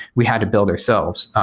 we had to build ourselves.